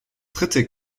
dritte